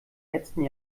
letzten